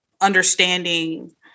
understanding